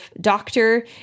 doctor